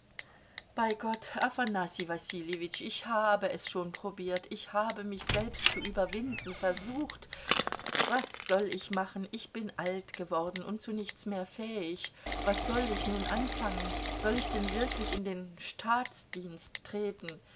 bei gott afanassij wassiljewitsch ich habe es schon probiert ich habe mich selbst zu überwinden versucht was soll ich machen ich bin alt geworden und zu nichts mehr fähig was soll ich nun anfangen soll ich denn wirklich in den staatsdienst treten